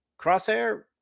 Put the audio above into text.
Crosshair